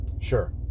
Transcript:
sure